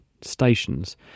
stations